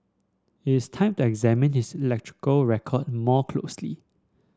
it is time to examine his electoral record more closely